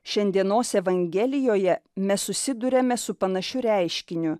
šiandienos evangelijoje mes susiduriame su panašiu reiškiniu